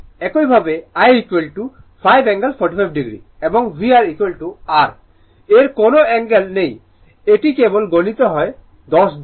একইভাবে I 5 angle 45o এবং VR R এর কোনও অ্যাঙ্গেল নেই এটি কেবল গুণিত হয় দশ দিয়ে